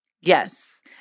Yes